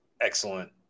excellent